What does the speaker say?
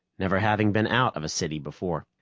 never having been out of a city before.